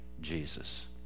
Jesus